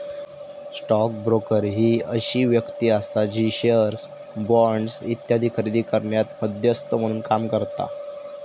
stock broker ही अशी व्यक्ती आसा जी शेअर्स, बॉण्ड्स इत्यादी खरेदी करण्यात मध्यस्थ म्हणून काम करता